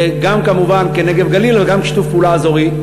גם כמובן כנגב-גליל, וגם שיתוף פעולה אזורי,